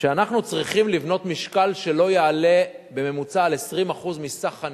שאנחנו צריכים לבנות משקל שלא יעלה בממוצע על 20% מסך הנקודות.